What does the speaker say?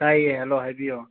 ꯇꯥꯏꯌꯦ ꯍꯜꯂꯣ ꯍꯥꯏꯕꯤꯌꯣ